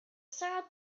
sand